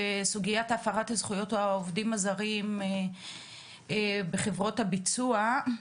סוגיית הפרת זכויות העובדים הזרים בחברות הביצוע.